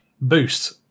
boost